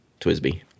Twisby